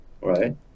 right